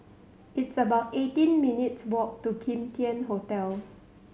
it's about eighteen minutes walk to Kim Tian Hotel